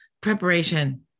preparation